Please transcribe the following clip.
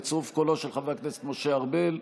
בצירוף קולו של חבר הכנסת משה ארבל,